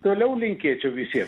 toliau linkėčiau visiem